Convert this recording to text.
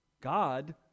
God